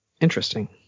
interesting